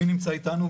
מי נמצא אתנו,